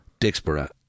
Dixborough